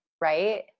right